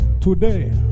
today